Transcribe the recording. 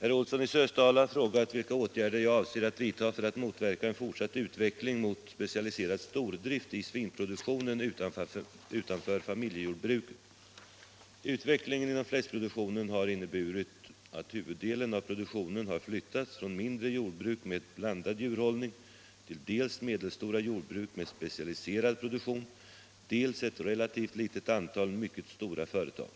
Herr Olsson i Sösdala har frågat vilka åtgärder jag avser att vidtaga för att motverka en fortsatt utveckling mot specialiserad stordrift i svinproduktionen utanför familjejordbruket. Utvecklingen inom fläskproduktionen har inneburit att huvuddelen av produktionen har flyttats från mindre jordbruk med blandad djurhållning till dels medelstora jordbruk med specialiserad produktion, dels ett relativt litet antal mycket stora företag.